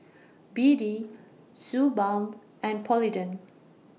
B D Suu Balm and Polident